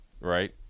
right